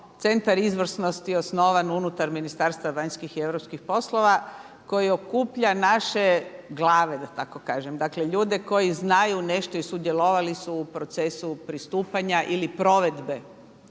centar izvrsnosti osnovan unutar Ministarstva vanjskih i europskih poslova koji okuplja naše glave da tako kažem, dakle ljude koji znaju nešto i sudjelovali su u procesu pristupanja ili provedbe